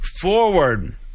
forward